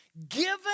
Given